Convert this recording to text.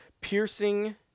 piercing